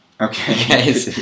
Okay